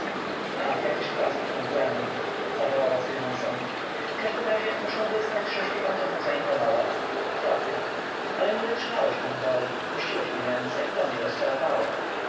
ach jakiż plaski kompliment zawołała z grymasem w każdym razie muszę wyznać żeś mi pan trochę zaimponował trochę ale nie wytrzymałeś pan w roli puściłeś mi ręce i to mnie rozczarowało